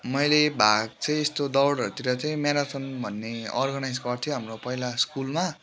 मैले भाग चाहिँ यस्तो दौडहरूतिर चाहिँ म्याराथन भन्ने अर्गनाइज गर्थ्यो हाम्रो पहिला स्कुलमा